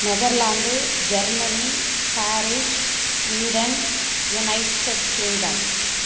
Netherlands Germany Paris Sweden United Kingdom